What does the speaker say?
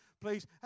please